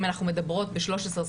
אם אנחנו מדברות ב-1325,